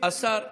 השר ישיב.